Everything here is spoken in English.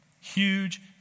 Huge